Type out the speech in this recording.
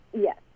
yes